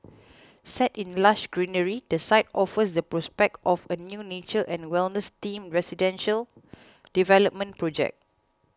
set in lush greenery the site offers the prospect of a new nature and wellness themed residential development project